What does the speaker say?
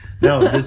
No